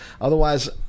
otherwise